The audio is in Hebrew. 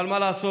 אבל מה לעשות,